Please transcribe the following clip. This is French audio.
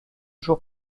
jours